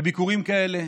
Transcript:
בביקורים כאלה,